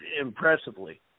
impressively